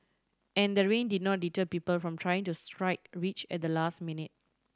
and the rain did not deter people from trying to strike rich at the last minute